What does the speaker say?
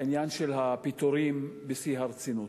עניין הפיטורים, בשיא הרצינות.